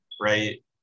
right